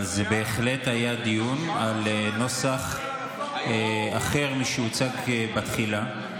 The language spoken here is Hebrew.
אבל זה בהחלט היה דיון על נוסח אחר משהוצג בתחילה.